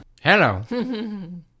Hello